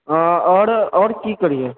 हँ आओर की करियै